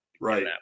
right